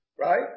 Right